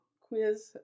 quiz